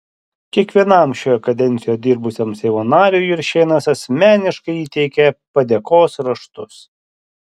kiekvienam šioje kadencijoje dirbusiam seimo nariui juršėnas asmeniškai įteikė padėkos raštus